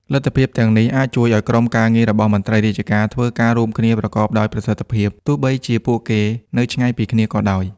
លទ្ធភាពទាំងអស់នេះជួយឲ្យក្រុមការងាររបស់មន្ត្រីរាជការធ្វើការរួមគ្នាប្រកបដោយប្រសិទ្ធភាព ទោះបីជាពួកគេនៅឆ្ងាយពីគ្នាក៏ដោយ។